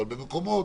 אבל במקומות,